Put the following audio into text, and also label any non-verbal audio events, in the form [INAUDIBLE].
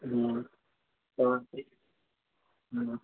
ہوں تو [UNINTELLIGIBLE]